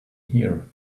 here